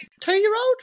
two-year-old